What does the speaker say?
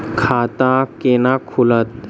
खाता केना खुलत?